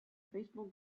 baseball